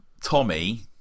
Tommy